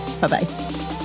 Bye-bye